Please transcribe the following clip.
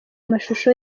amashusho